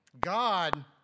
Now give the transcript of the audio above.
God